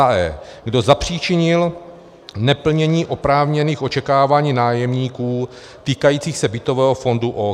e) kdo zapříčinil neplnění oprávněných očekávání nájemníků týkajících se bytového fondu OKD.